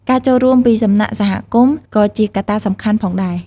ការចូលរួមពីសំណាក់សហគមន៍ក៏ជាកត្តាសំខាន់ផងដែរ។